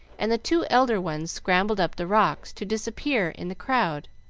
and the two elder ones scrambled up the rocks, to disappear in the crowd.